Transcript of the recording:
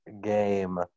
game